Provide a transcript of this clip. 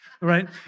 right